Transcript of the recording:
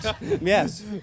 Yes